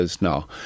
now